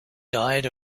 diet